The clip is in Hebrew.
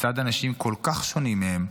לצד אנשים כל כך שונים מהם,